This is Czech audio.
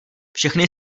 všechny